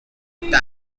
tank